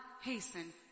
hasten